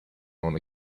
own